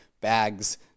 bags